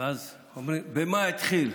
ואז אומרים: במה אתחיל,